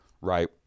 right